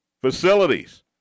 Facilities